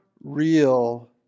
real